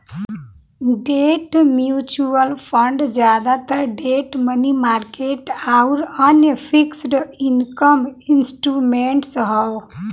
debt mutual fund जादातर debt money market आउर अन्य फिक्स्ड इनकम इंस्ट्रूमेंट्स हौ